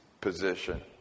position